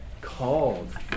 Called